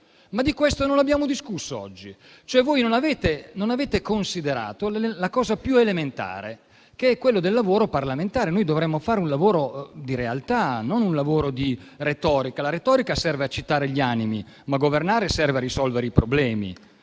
ma questo non l'abbiamo discusso oggi, cioè voi non avete considerato la cosa più elementare, che è il lavoro parlamentare. Noi dovremmo fare un lavoro di realtà, non un lavoro di retorica. La retorica serve a eccitare gli animi, ma governare serve a risolvere i problemi.